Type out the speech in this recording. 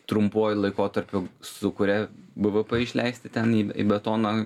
trumpuoju laikotarpiu sukuria bvp išleisti ten į į betoną